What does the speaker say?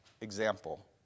example